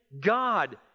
god